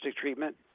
treatment